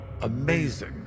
amazing